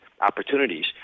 opportunities